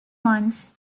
ones